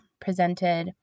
presented